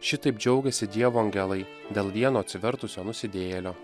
šitaip džiaugiasi dievo angelai dėl vieno atsivertusio nusidėjėlio